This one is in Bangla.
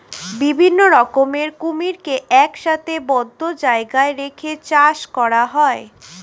বিভিন্ন রকমের কুমিরকে একসাথে বদ্ধ জায়গায় রেখে চাষ করা হয়